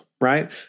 right